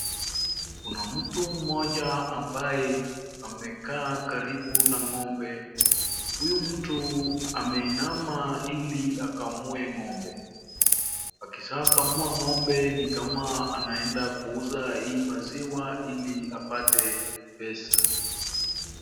Kuna mtu mmoja ambaye amekaa karibu na ng'ombe. Huyu mtu ameinama ili akamue ng'ombe. Akishakamua ng'ombe ni kama anaenda kuuza hii maziwa ili apate pesa.